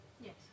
Yes